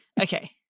Okay